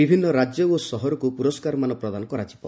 ବିଭିନ୍ନ ରାଜ୍ୟ ଓ ସହରକୁ ପୁରସ୍କାରମାନ ପ୍ରଦାନ କରାଯିବ